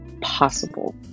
possible